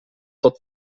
tot